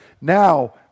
Now